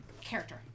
Character